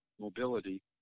Mobility